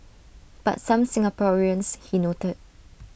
but some Singaporeans he noted